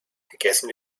gegessen